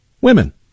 women